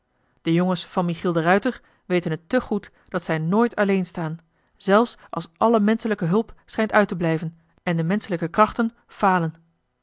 de jongens van michiel de ruijter weten het te goed dat zij nooit alleen staan zelfs als alle menschelijke hulp schijnt uit te blijven en de menschelijke krachten falen